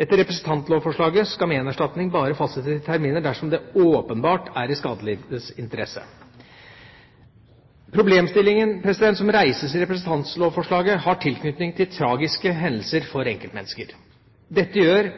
Etter representantlovforslaget skal menerstatning bare fastsettes i terminer dersom dette «åpenbart er i skadelidtes interesse». Problemstillingen som reises i representantlovforslaget, har tilknytning til tragiske hendelser for enkeltmennesker. Dette gjør